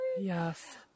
Yes